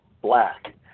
black